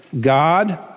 God